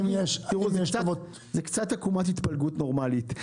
תראו, זו קצת עקומת התפלגות נורמלית.